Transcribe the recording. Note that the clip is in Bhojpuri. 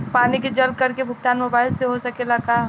पानी के जल कर के भुगतान मोबाइल से हो सकेला का?